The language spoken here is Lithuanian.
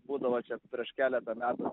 būdavo čia prieš keletą metų